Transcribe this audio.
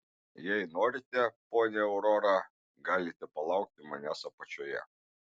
jei norite ponia aurora galite palaukti manęs apačioje